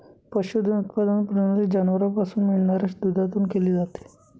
पशुधन उत्पादन प्रणाली जनावरांपासून मिळणाऱ्या दुधातून केली जाते